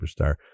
Superstar